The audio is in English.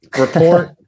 report